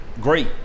great